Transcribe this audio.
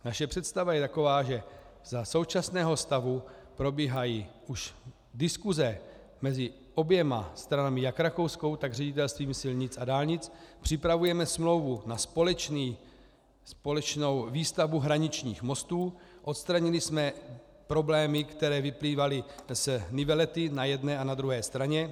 Naše představa je taková, že za současného stavu probíhají už diskuse mezi oběma stranami, jak rakouskou, tak Ředitelstvím silnic a dálnic, připravujeme smlouvu na společnou výstavbu hraničních mostů, odstranili jsme problémy, které vyplývaly z nivelety na jedné a na druhé straně.